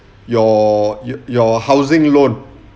your your your housing loan